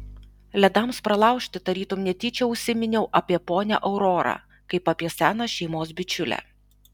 ledams pralaužti tarytum netyčia užsiminiau apie ponią aurorą kaip apie seną šeimos bičiulę